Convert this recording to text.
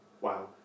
Wow